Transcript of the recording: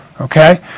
Okay